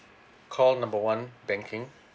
call number one banking